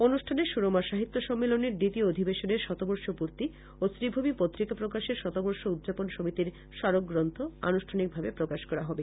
অনুষ্ঠানে সুরমা সহিত্য সম্মিলনীর দ্বিতীয় অধিবেশনের শতবর্ষ পূর্তী ও শ্রীভূমি পত্রিকা প্রকাশের শতবর্ষ উদযাপন সমিতির স্মারক গ্রন্থ আনুষ্ঠানিকভাবে প্রকাশ করা হবে